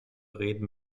reden